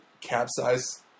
capsized